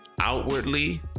outwardly